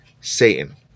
Satan